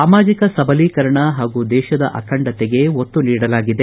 ಸಾಮಾಜಿಕ ಸಬಲೀಕರಣ ಹಾಗೂ ದೇಶದ ಅಖಂಡತೆಗೆ ಒತ್ತು ನೀಡಲಾಗಿದೆ